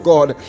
God